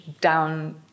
down